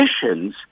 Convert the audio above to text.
conditions